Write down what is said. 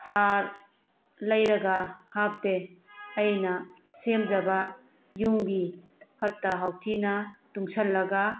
ꯍꯥꯔ ꯂꯩꯔꯒ ꯍꯥꯞꯇꯦ ꯑꯩꯅ ꯁꯦꯝꯖꯕ ꯌꯨꯝꯒꯤ ꯐꯠꯇ ꯍꯥꯎꯊꯤꯅ ꯇꯨꯡꯁꯤꯜꯂꯒ